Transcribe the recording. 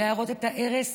להראות את ההרס,